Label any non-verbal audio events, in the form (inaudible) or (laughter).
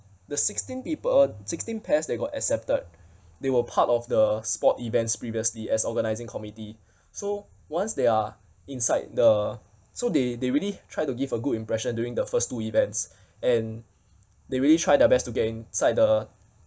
the sixteen peop~ uh sixteen pairs that got accepted (breath) they were part of the sport events previously as organising committee so once they are inside the so they they really tried to give a good impression during the first two events and they really try their best to get inside the